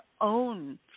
own